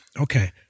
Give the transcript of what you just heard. Okay